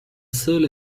seule